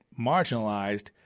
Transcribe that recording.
marginalized